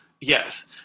yes